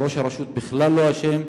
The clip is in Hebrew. יושב-ראש הרשות בכלל לא אשם,